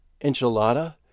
enchilada